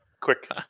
Quick